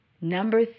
Number